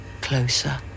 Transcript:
closer